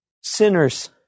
sinners